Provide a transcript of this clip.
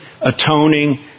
atoning